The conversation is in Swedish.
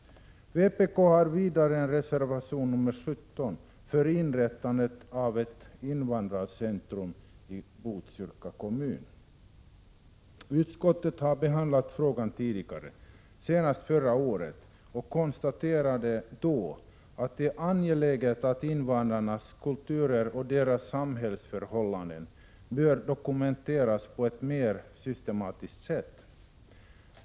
Vpk har vidare i reservation 17 föreslagit inrättande av ett invandrarcentrum i Botkyrka kommun. Utskottet har behandlat frågan tidigare, senast förra året, och konstaterade då att det är angeläget att invandrarnas kultur och samhällsförhållanden dokumenteras på ett mer systematiskt sätt.